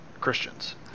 Christians